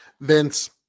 Vince